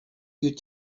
you